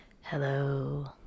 Hello